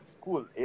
school